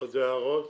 עוד הערות?